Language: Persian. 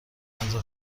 اندازه